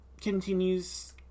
continues